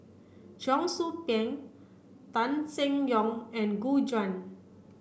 Cheong Soo Pieng Tan Seng Yong and Gu Juan